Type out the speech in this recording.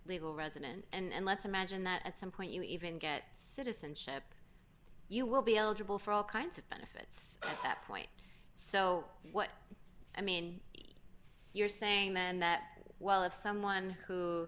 legal resident and let's imagine that at some point you even get citizenship you will be eligible for all kinds of benefits that point so what i mean you're saying then that well of someone who